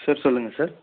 sir சொல்லுங்கள் sir